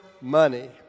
money